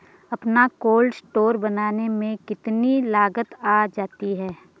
अपना cold store बनाने में कितनी लागत आ जाती है?